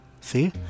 see